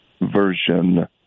version